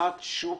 פתיחת שוק